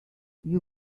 you